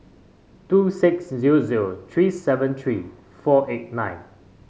two six zero zero three seven three four eight nine